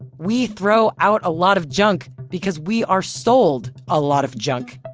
we throw out a lot of junk because we are sold a lot of junk!